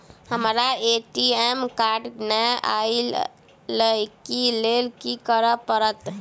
हमरा ATM card नै अई लई केँ लेल की करऽ पड़त?